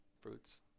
Fruits